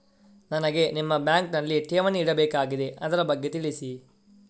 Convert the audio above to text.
ನನಗೆ ನಿಮ್ಮ ಬ್ಯಾಂಕಿನಲ್ಲಿ ಠೇವಣಿ ಇಡಬೇಕಾಗಿದೆ, ಅದರ ಬಗ್ಗೆ ತಿಳಿಸಿ